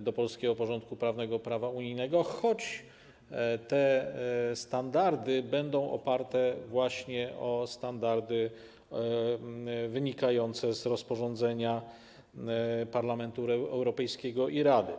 do polskiego porządku prawnego prawa unijnego, choć te standardy będą opierać się właśnie na standardach wynikających z rozporządzenia Parlamentu Europejskiego i Rady.